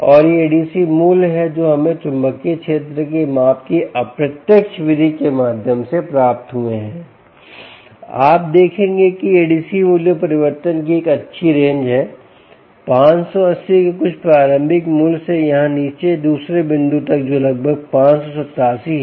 और ये ADC मूल्य हैं जो हमें चुंबकीय क्षेत्र की माप की अप्रत्यक्ष विधि के माध्यम से प्राप्त हुए हैं आप देखेंगे कि एडीसी मूल्यों में परिवर्तन की एक अच्छी रेंज है 580 के कुछ प्रारंभिक मूल्य से यहाँ नीचे दूसरे बिंदु तक जो लगभग 587 है